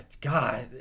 God